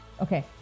Okay